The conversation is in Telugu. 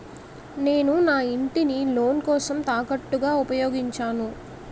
నేను నా ఇంటిని లోన్ కోసం తాకట్టుగా ఉపయోగించాను